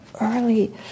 early